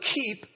keep